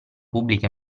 pubblica